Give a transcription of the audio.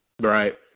Right